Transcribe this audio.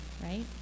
right